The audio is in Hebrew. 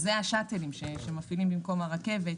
אלה השאטלים שמפעילים במקום הרכבת.